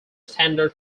standard